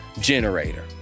generator